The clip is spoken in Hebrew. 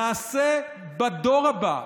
נעשה בדור הבא,